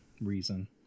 reason